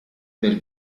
per